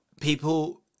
people